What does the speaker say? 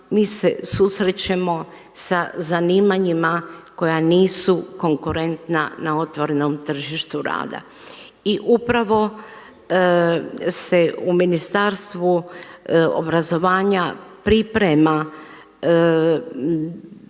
mi se susrećemo sa zanimanjima koja nisu konkurentna na otvorenom tržištu rada i upravo se u Ministarstvu obrazovanja priprema